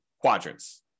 quadrants